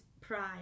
pride